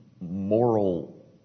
moral